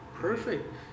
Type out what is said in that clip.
Perfect